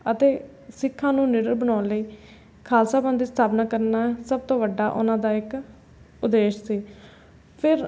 ਅਤੇ ਸਿੱਖਾਂ ਨੂੰ ਨਿਡਰ ਬਣਾਉਣ ਲਈ ਖਾਲਸਾ ਪੰਥ ਦੀ ਸਥਾਪਨਾ ਕਰਨਾ ਸਭ ਤੋਂ ਵੱਡਾ ਉਨ੍ਹਾਂ ਦਾ ਇੱਕ ਉਦੇਸ਼ ਸੀ ਫਿਰ